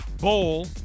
Bowl